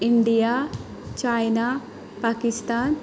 India China Pakistan